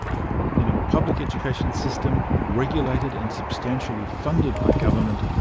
in a public education system, regulated and substantially funded by government,